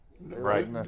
right